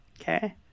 Okay